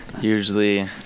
Usually